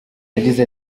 yagize